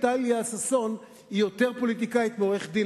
כי טליה ששון היא יותר פוליטיקאית מעורכת-דין,